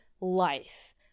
life